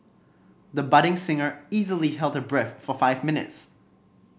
the budding singer easily held her breath for five minutes